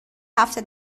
هفته